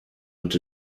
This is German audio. und